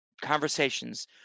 conversations